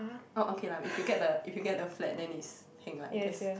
orh okay lah if you get the if you get the flat then it's heng lah I guess